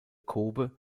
kōbe